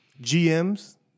GMs